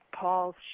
Paul's